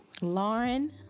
Lauren